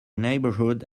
neighbourhood